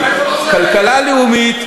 הכלכלה הלאומית,